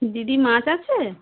দিদি মাছ আছে